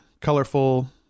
colorful